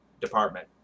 department